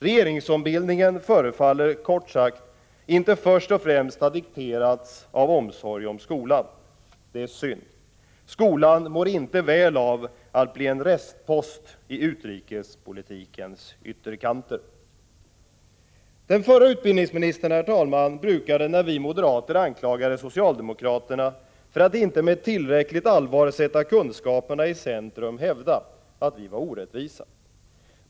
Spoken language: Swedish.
Regeringsombildningen förefaller, kort sagt, inte först och främst ha dikterats av omsorg om skolan. Det är synd. Skolan mår inte väl av att bli en restpost i utrikespolitikens ytterkanter. Den förra utbildningsministern brukade — när vi moderater anklagade socialdemokraterna för att inte med tillräckligt allvar sätta kunskaperna i centrum — hävda att vi var orättvisa.